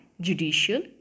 judicial